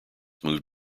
moved